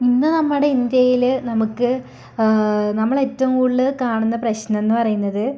ഇന്ന് നമ്മടെ ഇന്ത്യയില് നമുക്ക് നമ്മള് ഏറ്റവും കൂടുതല് കാണുന്ന പ്രശ്നം എന്ന് പറയുന്നത്